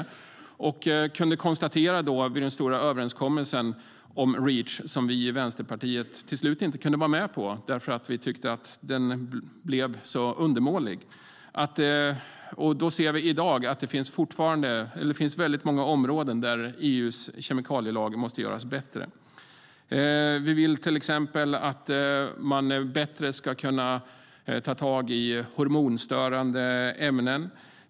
Vänsterpartiet kunde till slut inte vara med i den stora överenskommelsen om Reach eftersom vi tyckte att den blev undermålig. I dag finns det fortfarande många områden där EU:s kemikalielag måste göras bättre. Vi vill till exempel att man ska kunna ta tag i hormonstörande ämnen på ett bättre sätt.